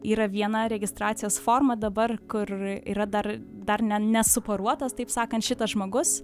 yra viena registracijos forma dabar kur yra dar dar ne nesuporuotas taip sakant šitas žmogus